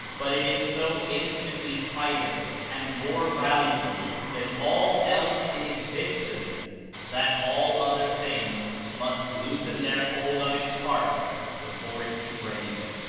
but it is so infinitely higher and more valuable than all else in existence that all other things must loosen their hold on his heart before it can reign.